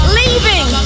leaving